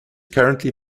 currently